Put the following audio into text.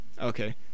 Okay